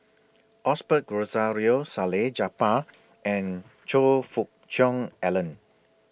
Osbert Rozario Salleh Japar and Choe Fook Cheong Alan